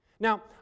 Now